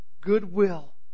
goodwill